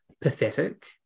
pathetic